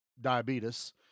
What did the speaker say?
diabetes